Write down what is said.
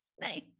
nice